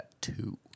two